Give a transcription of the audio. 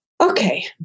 Okay